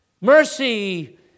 Mercy